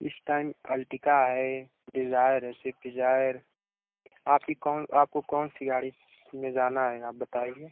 इस time Ertiga है Dzire है स्विफ्ट डिज़ायर आपकी कौन आपको कौन सी गाड़ी में जाना है आप बताइए